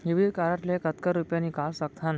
Debit card ले कतका रुपिया निकाल सकथन?